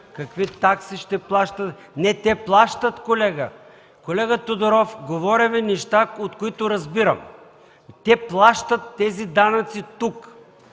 какви такси ще плащат. Те плащат, колега! Колега Тодоров, говоря Ви неща, от които разбирам. Те плащат тези данъци тук.